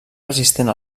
resistent